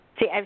See